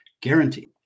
guaranteed